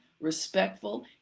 respectful